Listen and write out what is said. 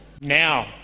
Now